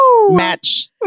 match